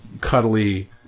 cuddly